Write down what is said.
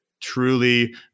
truly